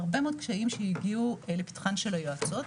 הרבה מאוד קשיים שהגיעו לפתחן של היועצות.